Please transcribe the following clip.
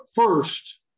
first